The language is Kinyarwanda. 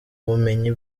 bumenyi